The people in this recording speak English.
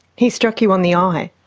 he struck you on the eye?